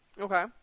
Okay